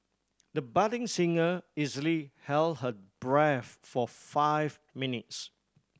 the budding singer easily held her breath for five minutes